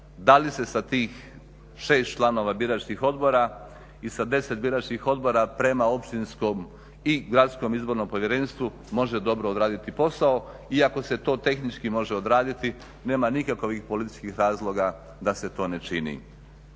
da li se sa tih 6 članova biračkih odbora i sa 10 biračkih odbora prema općinskom i gradskom izbornom povjerenstvu može dobro odvratiti posao iako se to tehnički može odraditi nema nikakovih političkih razloga se to ne čini.